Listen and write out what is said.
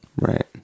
Right